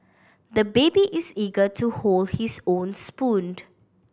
the baby is eager to hold his own spoon